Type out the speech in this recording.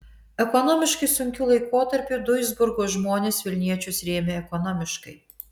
ekonomiškai sunkiu laikotarpiu duisburgo žmonės vilniečius rėmė ekonomiškai